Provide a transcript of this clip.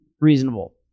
reasonable